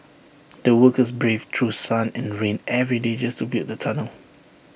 the workers braved through sun and rain every day just to build the tunnel